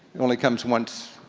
only comes once